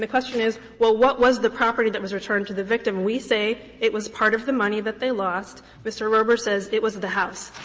question is well, what was the property that was returned to the victim? we say it was part of the money that they lost. mr. robers says it was the house.